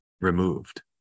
removed